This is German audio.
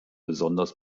besonders